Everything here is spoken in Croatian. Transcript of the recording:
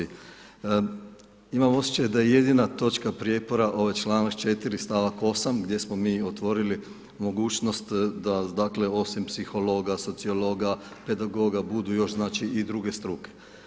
Imam osjećaj da je jedina točka prijepora ovaj članak 4. stavak 8. gdje smo mi otvorili mogućnost da, dakle osim psihologa, sociologa, pedagoga budu još znači, i druge struke.